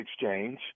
exchange